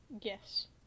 Yes